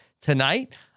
tonight